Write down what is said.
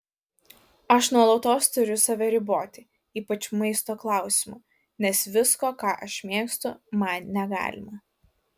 aš nuolatos turiu save riboti ypač maisto klausimu nes visko ką aš mėgstu man negalima